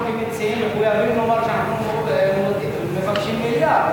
על-פי התקנון עדיף לומר שאנחנו מבקשים מליאה,